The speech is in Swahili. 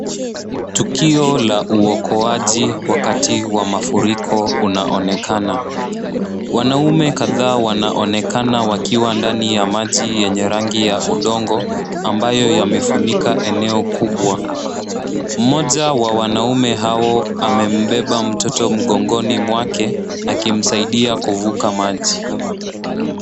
Tukio la uokoaji wakati wa mafuriko unaonekana. Wanaume kadhaa wanaonekana wakiwa ndani ya maji yenye rangi ya udongo ambaye yamefunika eneo kubwa. Mmoja wa wanaume hao amebeba mtoto mgongoni mwake akimsaidia kuvuka maji.